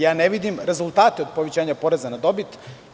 Ne vidim rezultate od povećanja poreza na dobit.